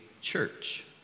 church